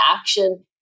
action